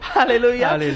Hallelujah